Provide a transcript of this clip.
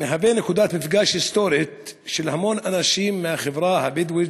מהווה נקודת מפגש היסטורית של המון אנשים מהחברה הבדואית,